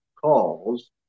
calls